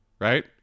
right